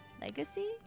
legacy